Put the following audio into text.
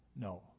No